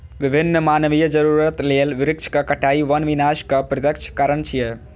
विभिन्न मानवीय जरूरत लेल वृक्षक कटाइ वन विनाशक प्रत्यक्ष कारण छियै